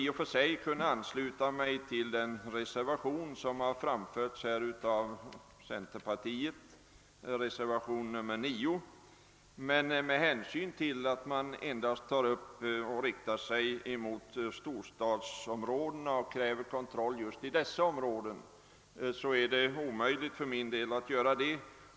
I och för sig skulle jag kunna ansluta mig till centerpartireservationen 9, men med hänsyn till att man där endast kräver kontroll i storstadsområdena kan jag inte göra det.